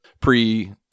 pre-